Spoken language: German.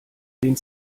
den